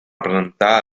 presentar